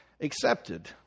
accepted